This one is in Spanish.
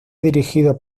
dirigido